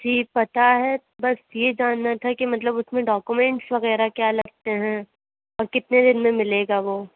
جی پتہ ہے بس یہ جاننا تھا کہ مطلب اُس میں ڈاکیومنٹس وغیرہ کیا لگتے ہیں اور کتنے دِن میں ملے گا وہ